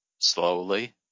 Slowly